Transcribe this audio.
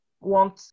want